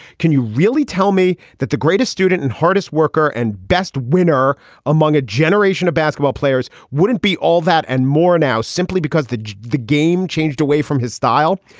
can you really tell me that the greatest student and hardest worker and best winner among a generation of basketball players wouldn't be all that and more now simply because the the game changed away from his style?